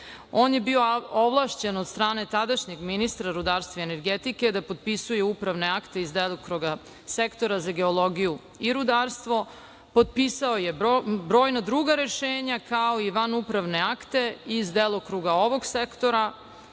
on je bio ovlašćen od strane tadašnjeg ministra rudarstva i energetike da potpisuje upravne akte iz delokruga sektora za geologiju i rudarstvo. Potpisao je brojna druga rešenja, kao i vanupravne akte iz delokruga ovog sektora